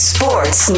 Sports